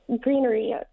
greenery